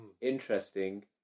interesting